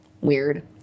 Weird